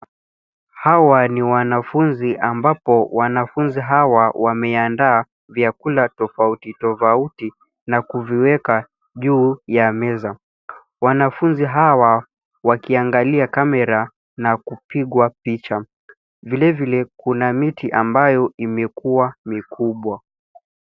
Hawa ni wanafunzi ambapo wanafunzi hawa wameandaa vyakula tofautitofauti na kuviweka juu ya meza. Wanafunzi hawa wakiangalia kamera na kupigwa picha. Vilevile kuna miti ambayo imekua mikubwa.